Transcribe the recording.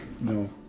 No